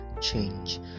change